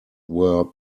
were